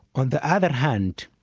on the other hand,